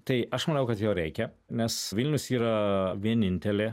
tai aš manau kad jo reikia nes vilnius yra vienintelė